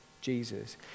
Jesus